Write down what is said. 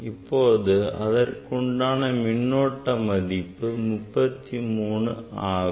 இப்பொழுது அதற்கு உண்டான மின்னோட்டம் மதிப்பை 33 ஆகும்